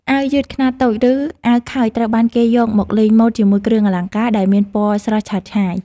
អាវយឺតខ្នាតតូចឬអាវខើចត្រូវបានគេយកមកលេងម៉ូដជាមួយគ្រឿងអលង្ការដែលមានពណ៌ស្រស់ឆើតឆាយ។